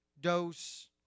dose